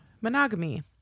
monogamy